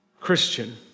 Christian